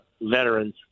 veterans